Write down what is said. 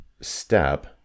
step